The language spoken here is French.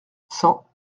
cent